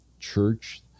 church